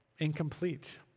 incomplete